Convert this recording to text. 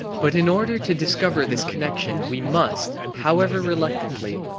but in order to discover this connexion we must, however reluctantly,